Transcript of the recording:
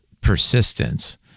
persistence